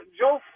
Joe